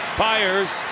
fires